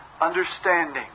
understanding